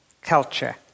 culture